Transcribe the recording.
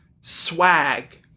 swag